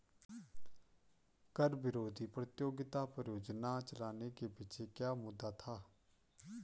कर विरोधी प्रतियोगिता परियोजना चलाने के पीछे क्या मुद्दा था?